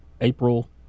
April